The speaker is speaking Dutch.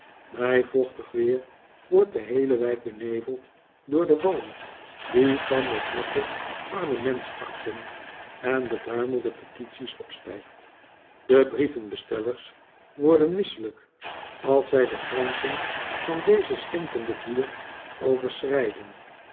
bij vochtig weer wordt de heele wijk beneveld door den walm die van nog natte parlementsakten en beduimelde petities opstijgt de brievenbestellers worden misselijk als zij de grenzen van deze stinkende buurt